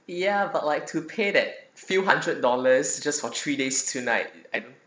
ya but like to pay that few hundred dollars just for three days two night and